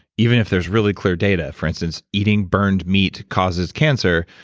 even if there's really clear data, for instance, eating burned meat causes cancer,